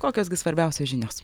kokios gi svarbiausios žinios